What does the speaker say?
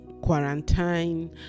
quarantine